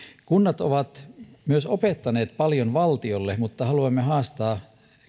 kunnat ovat myös opettaneet paljon valtiolle mutta haluamme haastaa